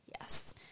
Yes